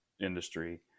industry